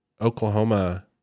Oklahoma